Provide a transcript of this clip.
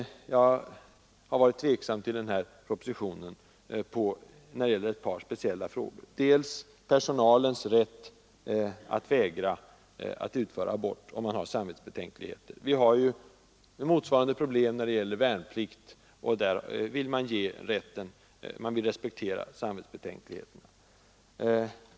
Jag har varit tveksam när det gäller ett par speciella frågor i den här propositionen. Den första frågan gäller personalens rätt att vägra att utföra abort om man har samvetsbetänkligheter. Vi har ju motsvarande problem när det gäller värnplikt, och där vill man respektera samvetsbetänkligheterna.